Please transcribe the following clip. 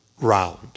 round